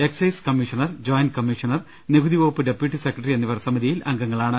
excise commissioner joint commissioner നികുതി വകുപ്പ് deputy secretary എന്നിവർ സമിതിയിൽ അംഗങ്ങളാണ്